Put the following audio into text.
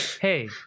hey